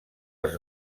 els